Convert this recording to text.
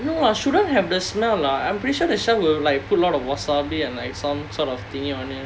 no ah shouldn't have the smell lah I'm pretty sure the chef will like put a lot of wasabi and like some sort of thing on it